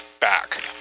back